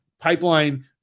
pipeline